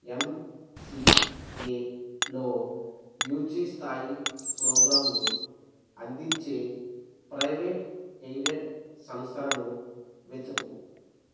ఎమ్సిఎలో UG స్థాయి ప్రోగ్రామ్లు అందించే ప్రైవేట్ ఎయిడెడ్ సంస్థలను వెతుకు